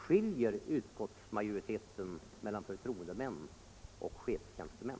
Skiljer utskottsmajoriteten mellan förtroendemän och chefstjänstemän?